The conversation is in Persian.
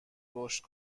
رشد